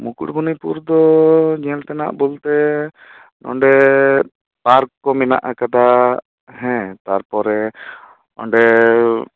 ᱢᱩᱠᱩᱴᱢᱩᱱᱤᱯᱩᱨ ᱫᱚ ᱧᱮᱞᱛᱮᱱᱟᱜ ᱵᱚᱞᱛᱮ ᱚᱸᱰᱮ ᱯᱟᱨᱠ ᱠᱚ ᱢᱮᱱᱟᱜ ᱟᱠᱟᱫᱟ ᱦᱮᱸ ᱛᱟᱨᱯᱚᱨᱮ ᱚᱸᱰᱮ